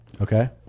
Okay